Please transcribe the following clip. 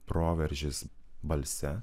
proveržis balse